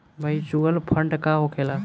Mutual fund का होखेला?